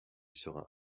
sera